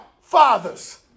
fathers